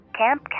camp